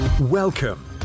Welcome